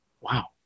wow